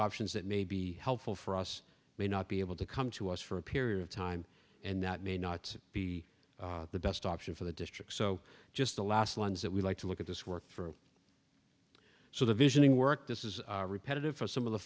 options that may be helpful for us may not be able to come to us for a period of time and that may not be the best option for the district so just the last ones that we like to look at this work for so the visioning work this is repetitive for some of the